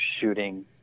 shooting